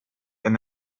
and